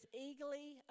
eagerly